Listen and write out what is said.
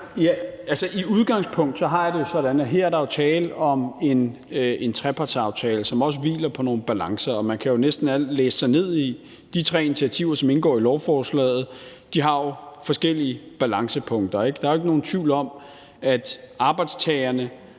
udgangspunkt har jeg det sådan, at der jo her er tale om en trepartsaftale, som også hviler på nogle balancer, og man kan jo, når man læser de tre initiativer, som indgår i lovforslaget, næsten se, at de har forskellige balancepunkter. Der er jo ikke nogen tvivl om, at arbejdstagerne